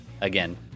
Again